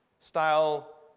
Style